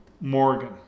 Morgan